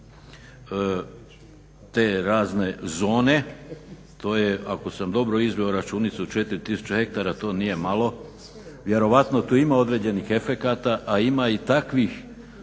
te razne zone. To je ako sam dobro izveo računicu 4 tisuće hektara to nije malo. Vjerojatno tu ima određenih efekata, a ima i takvih